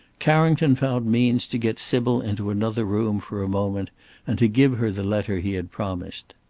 carrington found means to get sybil into another room for a moment and to give her the letter he had promised.